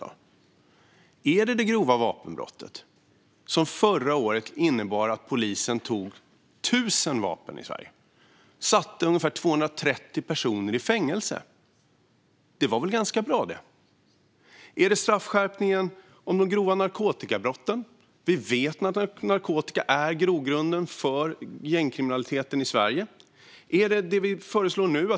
Handlar det om det grova vapenbrottet, som förra året innebar att polisen tog 1 000 vapen i Sverige och att ungefär 230 personer sattes i fängelse? Det var väl ganska bra? Är det straffskärpningen för de grova narkotikabrotten? Vi vet att narkotika är grogrunden för gängkriminaliteten i Sverige. Handlar det om det som vi nu föreslår?